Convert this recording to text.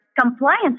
compliance